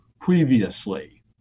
previously